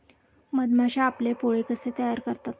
मधमाश्या आपले पोळे कसे तयार करतात?